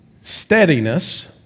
steadiness